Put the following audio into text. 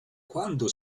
quando